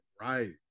right